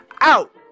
out